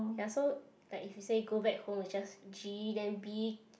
ya so like if he say go back home it's just G then B